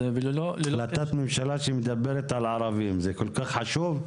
החלטת ממשלה שמדברת על ערבים, זה כל כך חשוב?